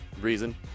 reason